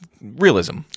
Realism